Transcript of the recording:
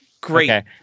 Great